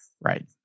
Right